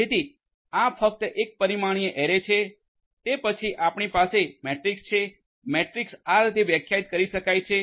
જેથી આ ફક્ત એક પરિમાણીય એરે છે અને તે પછી આપણી પાસે મેટ્રિક્સ છે મેટ્રિક્સ આ રીતે વ્યાખ્યાયિત કરી શકાય છે